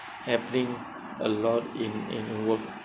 happening a lot in in work